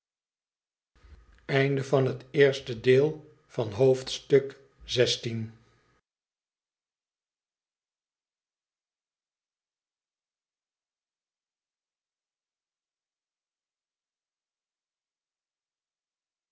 hoofdstuk van het eerste deel van het